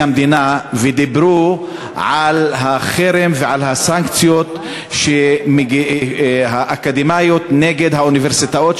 המדינה ודיברו על החרם ועל הסנקציות האקדמיות נגד האוניברסיטאות,